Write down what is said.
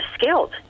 skilled